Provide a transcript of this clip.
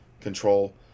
control